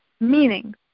meaning